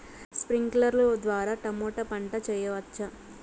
స్ప్రింక్లర్లు ద్వారా టమోటా పంట చేయవచ్చా?